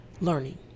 learning